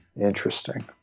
Interesting